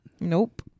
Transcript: Nope